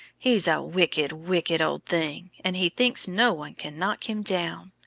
he's a wicked, wicked old thing, and he thinks no one can knock him down.